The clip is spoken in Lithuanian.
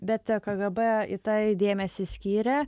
bet kgb į tai dėmesį skyrė